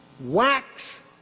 wax